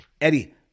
Eddie